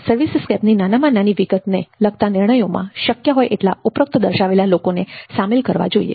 સર્વિસસ્કેપની નાનામાં નાની વિગતોને લગતા નિર્ણયોમાં શક્ય હોય તેટલા ઉપરોક્ત દર્શાવેલા લોકોને સામેલ કરવા જોઇએ